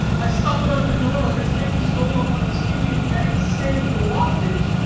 i stalk about her door like a strange soul upon the stygian banks staying for waftage.